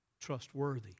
trustworthy